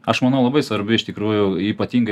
aš manau labai svarbi iš tikrųjų ypatingai